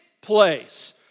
place